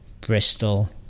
Bristol